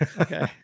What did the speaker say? Okay